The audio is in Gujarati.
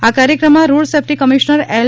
આ કાર્યક્રમમાં રોડ સેફટી કમિશનર એલ